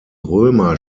römer